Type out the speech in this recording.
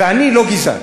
ואני לא גזען.